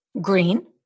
green